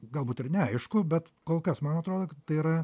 galbūt ir neaišku bet kol kas man atrodo kad tai yra